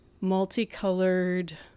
multicolored